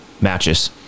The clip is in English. matches